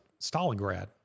Stalingrad